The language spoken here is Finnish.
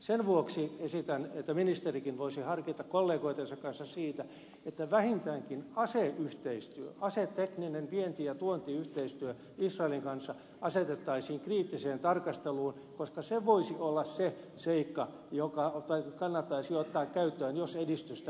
sen vuoksi esitän että ministerikin voisi harkita kollegoittensa kanssa sitä että vähintäänkin aseyhteistyö asetekninen vienti ja tuontiyhteistyö israelin kanssa asetettaisiin kriittiseen tarkasteluun koska se voisi olla se seikka joka kannattaisi ottaa käyttöön jos edistystä ei muuten tapahdu